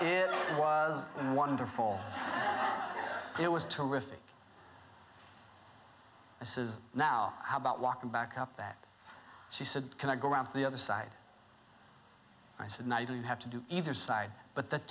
it was wonderful it was terrific i says now how about walking back up that she said can i go around the other side i said no i don't have to do either side but th